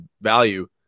value